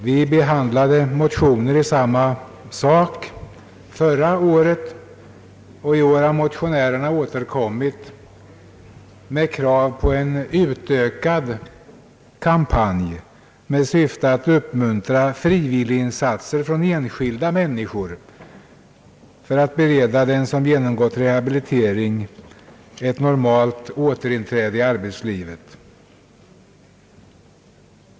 Vi behandlade motioner i detta ärende förra året, och i år har motionärerna återkommit med krav på en utökad kampanj med syfte att uppmuntra frivilliginsatser från enskilda människor för att bereda den som har genomgått rehabilitering ett normalt återinträde i arbetslivet.